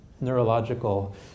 neurological